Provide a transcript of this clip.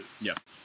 Yes